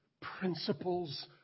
principles